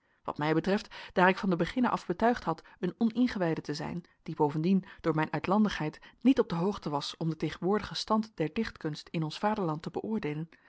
wat mij betreft daar ik van den beginne af betuigd had een oningewijde te zijn die bovendien door mijn uitlandigheid niet op de hoogte was om den tegenwoordigen stand der dichtkunst in ons vaderland te beoordeelen